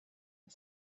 and